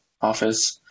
office